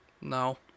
no